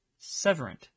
Severant